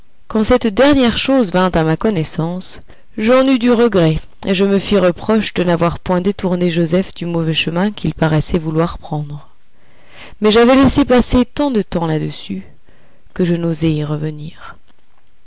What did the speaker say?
quand cette dernière chose vint à ma connaissance j'en eus du regret et me fis reproche de n'avoir point détourné joseph du mauvais chemin qu'il paraissait vouloir prendre mais j'avais laissé passer tant de temps là-dessus que je n'osai y revenir